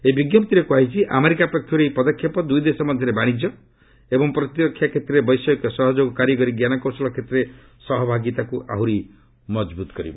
ଏହି ବିଜ୍ଞପ୍ତିରେ କୁହାଯାଇଛି ଆମେରିକା ପକ୍ଷରୁ ଏହି ପଦକ୍ଷେପ ଦୁଇ ଦେଶ ମଧ୍ୟରେ ବାଶିଜ୍ୟ ଏବଂ ପ୍ରତିରକ୍ଷା କ୍ଷେତ୍ରରେ ବୈଷୟିକ ସହଯୋଗ ଓ କାରିଗରି ଜ୍ଞାନକୌଶଳ କ୍ଷେତ୍ରରେ ସହଭାଗିତାକୁ ଆହୁରି ମଜବୁତ କରିବ